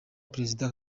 perezida